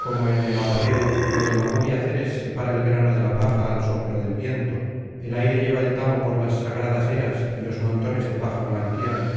como en el abaleo cuando la rubia ceres separa el grano de la paja al soplo del viento el aire lleva el tamo por las sagradas eras y los montones de paja blanquean